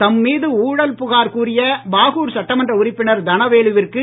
தம் மீது ஊழல் புகார் கூறிய பாகூர் சட்டமன்ற உறுப்பினர் தனவேலுவிற்கு